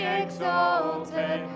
exalted